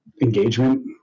engagement